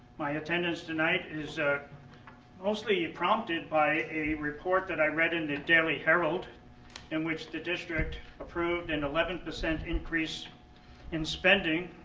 my attendance tonight is ah mostly prompted by a report that i read in the daily herald in which the district approved an and eleven percent increase in spending